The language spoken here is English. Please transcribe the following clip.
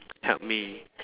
help me